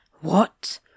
What